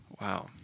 Wow